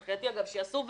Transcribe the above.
מבחינתי, אגב, שיעשו ועדות.